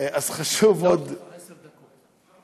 אז חשוב עוד, יש לך עשר דקות.